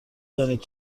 دانید